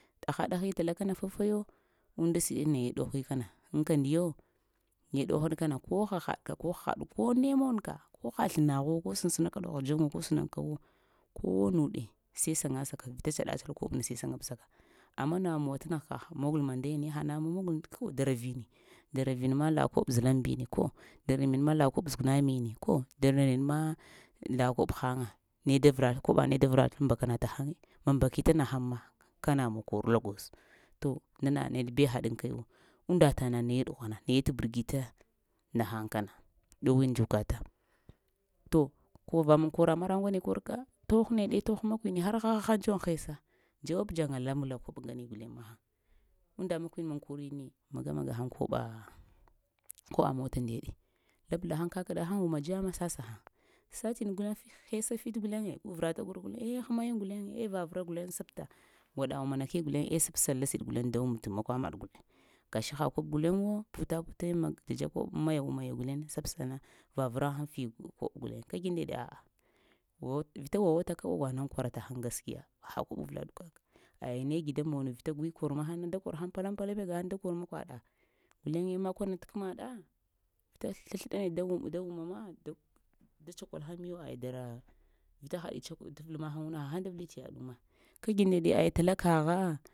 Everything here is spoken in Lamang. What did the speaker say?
Ɗahaɗahi tala kana fafayo unda siɗe naye ɗohi kana ankandiyo naye ɗohaɗ kana ko ha haɗka konə moŋka ko ha slanagh sansinaka ɗoh dzuŋ ko sənankawo ko nuɗe sai nagsaka vita tsada tsal kobo-na sai səngab sangak amma namuwa ta nagh ka mogal mandaya haɗ namuwa magal kow daravini, daravinima la koɓo zɗlambini ko daravinora la koɓo zugnamin ko daravinma la kobo haŋ nedavra kobone da vra mba kanata taghaŋ ma mbakita nahaŋ ma kanamu kor la gwoz to nana neɗe bew haɗin kaewo unda tanana naye ɗoghuna naye ta bargita nahaŋ kana ɗowee dzukatan ton manva kwara marakw ngne korka toh neɗe toh makwini har naha dzuŋ haisa dza wab dzawa habla kobo ngne guleŋ unda makwini magamagahaŋ kobo mota ndoɗe lablahaŋ kakɗa han uwma dzama sasahaŋ, satin guleŋ həisa fite gulaŋ gu vrata sah hamayin guleŋ ai va vra guleŋ sapta gwada wumana ke guleŋ ai səpsa la siɗi da wumta makwa maɗ gashi ha kobo guleyo puta-puta mag dzat kobo maya wumaya guleŋ sabsana va vra haŋ fi koɓo guleŋ kagi ndaɗe aah wo vita wawata kawo wa nulkwava taghna gaskiya ha kobo avla ɗo kaka əya ne gədamono vita gwikur mahaŋ na pəlam-pəlama gahang da kor makwa ɗa guleŋe makwana ta kəmaɗa vita slaslaɗa da wumama da stakol haŋ miyo aya dara vita hay stakol ha haŋ da vutu ma kagi nɗoɗe tala kagha.